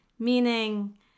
meaning